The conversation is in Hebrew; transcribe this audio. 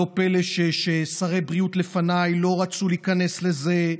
לא פלא ששרי בריאות לפניי לא רצו להיכנס לזה.